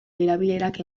erabilerak